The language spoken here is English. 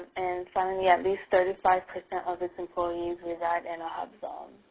and finally, at least thirty five percent of its employees reside in a hubzone.